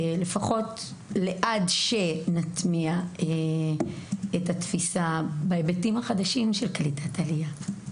לפחות עד שנטמיע את התפיסה בהיבטים החדשים של קליטת עלייה.